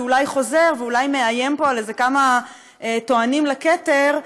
שאולי חוזר ואולי מאיים פה על איזה כמה טוענים לכתר,